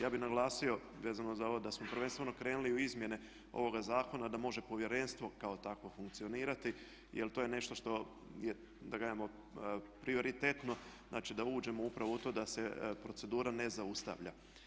Ja bih naglasio vezano za ovo da smo prvenstveno krenuli u izmjene ovoga zakona da može povjerenstvo kao takvo funkcionirati jer to je nešto što je da kažem prioritetno znači da uđemo upravo u to da se procedura ne zaustavlja.